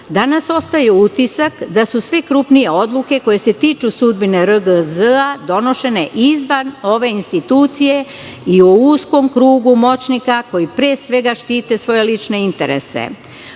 ostaje utisak da su sve krupnije odluke, koje se tiču sudbine RGZ, donošene izvan ove institucije i u uskom krugu moćnika, koji pre svega štite svoje lične interese.